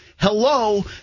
Hello